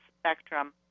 spectrum